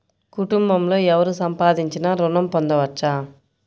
కుటుంబంలో ఎవరు సంపాదించినా ఋణం పొందవచ్చా?